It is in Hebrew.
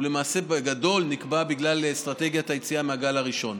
הוא למעשה בגדול נקבע בגלל אסטרטגיית היציאה מהגל הראשון.